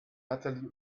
natalie